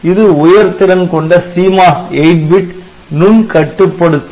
இது உயர் திறன்கொண்ட CMOS 8 பிட் நுண் கட்டுப்படுத்தி